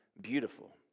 beautiful